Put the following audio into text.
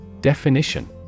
Definition